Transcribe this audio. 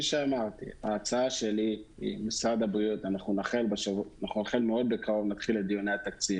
החל בקרוב מאוד נתחיל את דיוני התקציב.